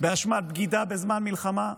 באשמת בגידה בזמן מלחמה?